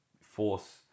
force